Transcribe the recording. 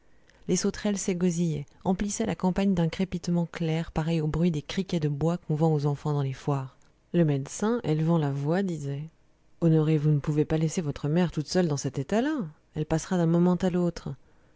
les sauterelles s'égosillaient emplissaient la campagne d'un crépitement clair pareil au bruit des criquets de bois qu'on vend aux enfants dans les foires le médecin élevant la voix disait honoré vous ne pouvez pas laisser votre mère toute seule dans cet état-là elle passera d'un moment à l'autre